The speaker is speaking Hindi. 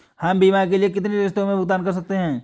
हम बीमा के लिए कितनी किश्तों में भुगतान कर सकते हैं?